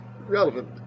relevant